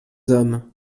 hommes